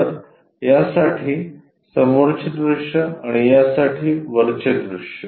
तर यासाठी समोरचे दृश्य आणि त्यासाठी वरचे दृश्य